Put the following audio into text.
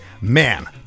man